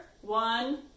One